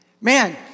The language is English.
Man